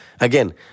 Again